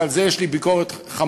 ועל זה יש לי ביקורת חמורה,